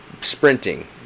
sprinting